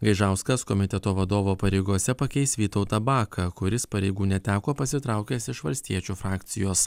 gaižauskas komiteto vadovo pareigose pakeis vytautą baką kuris pareigų neteko pasitraukęs iš valstiečių frakcijos